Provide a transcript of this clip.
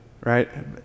Right